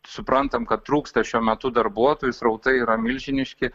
suprantam kad trūksta šiuo metu darbuotojų srautai yra milžiniški